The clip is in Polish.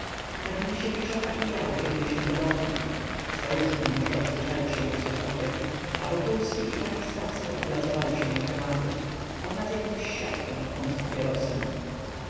pani misiewiczowa i ja usiedliśmy pod oknem staruszka nie może odzwyczaić się od tych okien a wokulski i pani stawska uplacowali się na kanapie ona z jakąś siatką on z papierosem